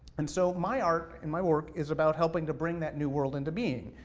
and so my art and my work is about helping to bring that new world into being.